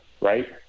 right